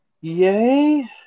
yay